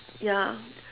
ya